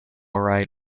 are